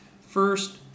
First